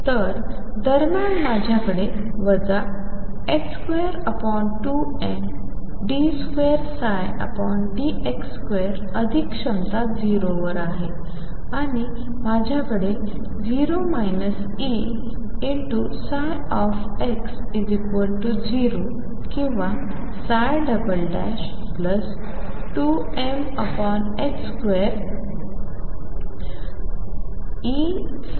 तर दरम्यान माझ्याकडे वजा 22md2dx2 अधिक क्षमता 0 आहे आणि माझ्याकडे 0 Ex0 किंवा 2m2Eψ0